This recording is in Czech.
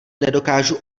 nedokážu